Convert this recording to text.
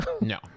No